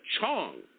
Chong